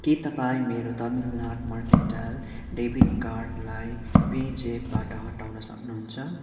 के तपाईँ मेरो तमिलनाडू मर्केन्टाइल ब्याङ्क डेबिट कार्डलाई पे ज्यापबाट हटाउन सक्नुहुन्छ